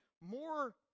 more